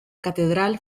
catedral